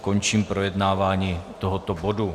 Končím projednávání tohoto bodu.